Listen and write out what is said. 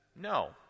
no